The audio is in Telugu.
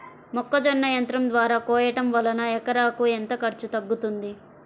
మొక్కజొన్న యంత్రం ద్వారా కోయటం వలన ఎకరాకు ఎంత ఖర్చు తగ్గుతుంది?